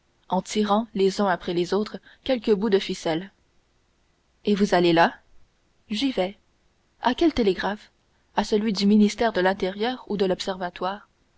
en tirant les uns après les autres quelques bouts de ficelle et vous allez là j'y vais à quel télégraphe à celui du ministère de l'intérieur ou de l'observatoire